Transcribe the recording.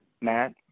Matt